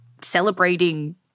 celebrating